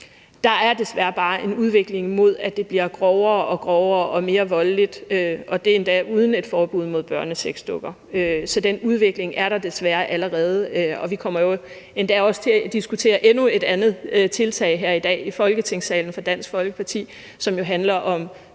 er der desværre bare en udvikling mod, at det bliver grovere og grovere og mere voldeligt, og det er endda uden et forbud mod børnesexdukker. Så den udvikling er der desværre allerede, og vi kommer endda også til at diskutere endnu et tiltag fra Dansk Folkeparti her i dag i Folketingssalen, som jo handler om